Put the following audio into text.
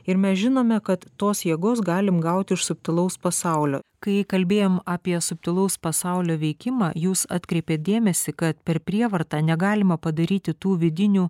ir mes žinome kad tos jėgos galim gauti iš subtilaus pasaulio kai kalbėjom apie subtilaus pasaulio veikimą jūs atkreipėt dėmesį kad per prievartą negalima padaryti tų vidinių